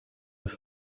with